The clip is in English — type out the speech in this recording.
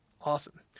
Awesome